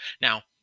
now